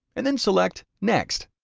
and then select next.